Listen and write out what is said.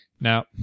Now